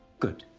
good,